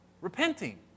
Repenting